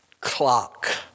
clock